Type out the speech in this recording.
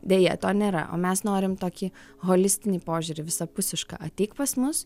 deja to nėra o mes norim tokį holistinį požiūrį visapusišką ateik pas mus